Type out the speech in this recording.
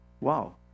wow